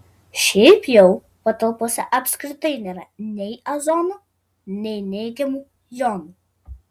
šiaip jau patalpose apskritai nėra nei ozono nei neigiamų jonų